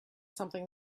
something